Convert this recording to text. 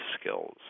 skills